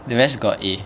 the rest got A